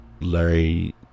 Larry